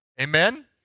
Amen